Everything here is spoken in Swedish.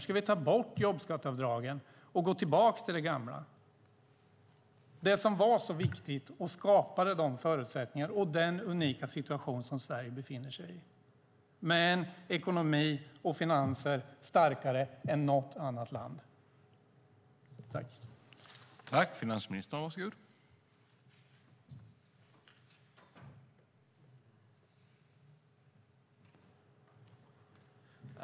Ska vi ta bort jobbskatteavdragen, som var så viktiga och skapade de förutsättningar och den unika situation som Sverige befinner sig i med en ekonomi och finanser starkare än något annat land, och gå tillbaka till det gamla?